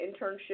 internship